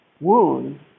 wound